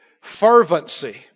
Fervency